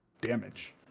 damage